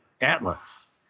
Atlas